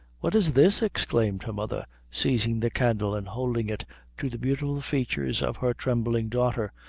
what is this? exclaimed her mother, seizing the candle and holding it to the beautiful features of her trembling daughter,